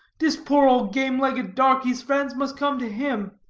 dis poor ole game-legged darkie's friends must come to him.